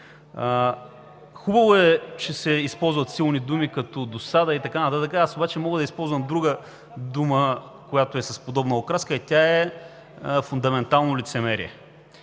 Хубаво е, че се използват силни думи, като „досада“ и така нататък. Аз обаче мога да използвам друга дума, която е с подобна окраска, и тя е „фундаментално лицемерие“.